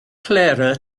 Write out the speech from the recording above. clara